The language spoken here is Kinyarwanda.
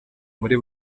muri